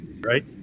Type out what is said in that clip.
right